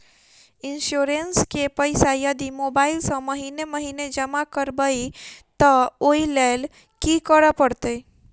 Insurance केँ पैसा यदि मोबाइल सँ महीने महीने जमा करबैई तऽ ओई लैल की करऽ परतै?